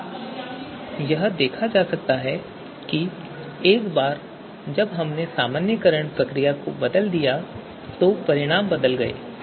तो यह देखा जा सकता है कि एक बार जब हमने सामान्यीकरण प्रक्रिया को बदल दिया तो परिणाम भी बदल गए